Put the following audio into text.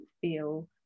feel